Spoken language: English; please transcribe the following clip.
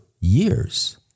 years